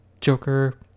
joker